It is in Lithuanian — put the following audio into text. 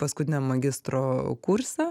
paskutiniam magistro kurse